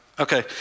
Okay